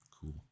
Cool